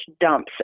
dumps